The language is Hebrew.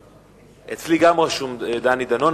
גם אצלי רשום "דני דנון".